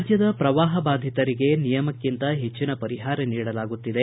ರಾಜ್ಯದ ಪ್ರವಾಪ ಬಾಧಿತರಿಗೆ ನಿಯಮಕ್ಕಿಂತ ಹಟ್ಟನ ಪರಿಹಾರ ನೀಡಲಾಗುತ್ತಿದೆ